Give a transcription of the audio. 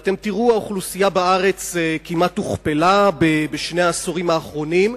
האוכלוסייה בארץ כמעט הוכפלה בשני העשורים האחרונים,